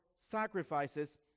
sacrifices